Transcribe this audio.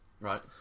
Right